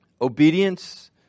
Obedience